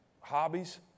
hobbies